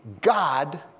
God